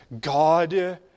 God